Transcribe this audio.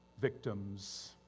victims